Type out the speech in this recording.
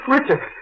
Richard